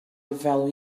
value